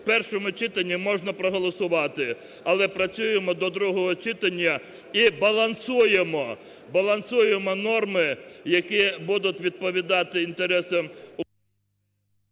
В першому читанні можна проголосувати. Але працюємо до другого читання і балансуємо… балансуємо норми, які будуть відповідати інтересам…